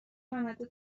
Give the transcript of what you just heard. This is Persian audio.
راننده